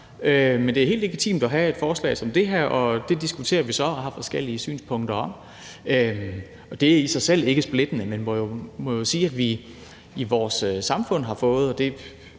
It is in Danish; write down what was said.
men det er helt legitimt at komme med et forslag som det her, og det diskuterer vi så og har forskellige synspunkter om. Det er ikke i sig selv splittende, men man må jo sige, at det bare for nylig åbenbart er